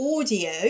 audio